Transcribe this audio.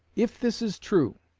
if this is true,